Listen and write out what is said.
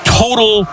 total